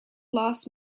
last